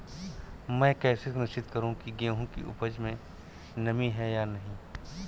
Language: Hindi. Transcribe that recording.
मैं कैसे सुनिश्चित करूँ की गेहूँ की उपज में नमी है या नहीं?